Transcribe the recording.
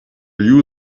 you